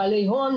בעלי הון,